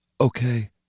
Okay